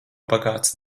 bagāts